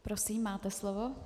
Prosím, máte slovo.